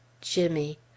Jimmy